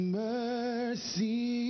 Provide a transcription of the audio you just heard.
mercy